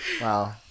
Wow